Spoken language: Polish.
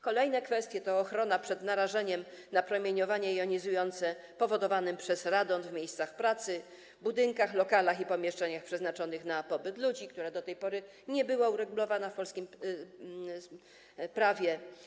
Kolejna kwestia to ochrona przed narażeniem na promieniowanie jonizujące powodowanym przez radon w miejscach pracy, budynkach, lokalach i pomieszczeniach przeznaczonych na pobyt ludzi, która do tej pory nie była uregulowana w polskim prawie.